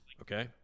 okay